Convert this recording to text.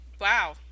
wow